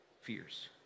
fears